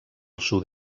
sud